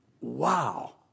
Wow